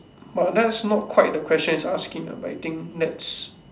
but that's not quite the question is asking ah but I think that's